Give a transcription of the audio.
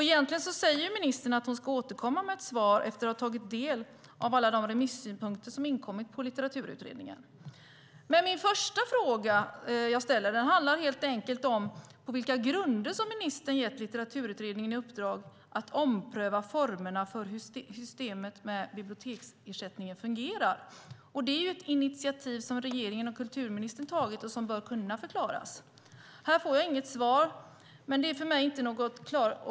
Egentligen säger ministern att hon ska återkomma med ett svar efter att ha tagit del av alla de remissynpunkter som inkommit på Litteraturutredningen. Min första fråga handlar om på vilka grunder ministern gett Litteraturutredningen i uppdrag att ompröva formerna för hur systemet med biblioteksersättningen fungerar. Det är ett initiativ som regeringen och kulturministern tagit som bör kunna förklaras. Här får jag inget svar.